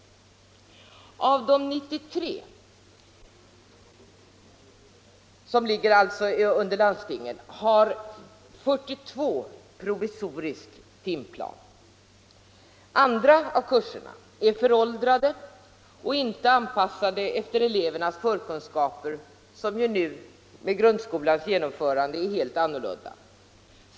Av de 93 som ligger under landstingen har 42 provisorisk timplan. Andra kurser är föråldrade och inte anpassade efter elevernas förkunskaper, som nu i och med grundskolans genomförande är helt andra än tidigare.